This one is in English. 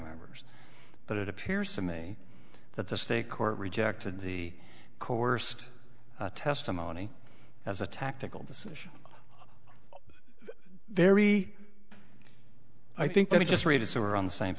members but it appears to me that the state court rejected the coerced testimony as a tactical decision very i think they just read us who are on the same